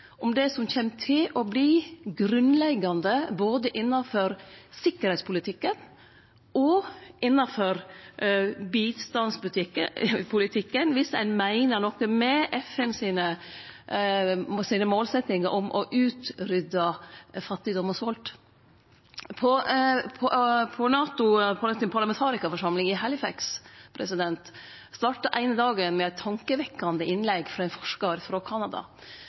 om det som kjem til å verte grunnleggjande innanfor både sikkerheitspolitikken og bistandspolitikken, viss ein meiner noko med FNs målsetjingar om å utrydde fattigdom og svolt. NATOs parlamentarikarforsamling i Halifax starta den eine dagen med eit tankevekkjande innlegg frå ein forskar frå